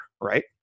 right